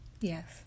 Yes